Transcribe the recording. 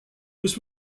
this